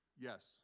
Yes